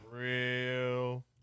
real